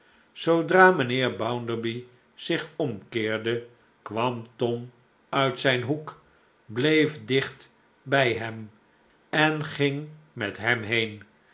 zoodra mijnheer bounderby zich omkeerde kwam tom uit zijn hoek bleef dicht bij hem en ging met hem heen